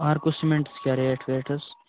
آرکَو cements کیٛاہ rate ویٹ حظ